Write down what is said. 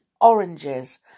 oranges